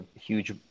huge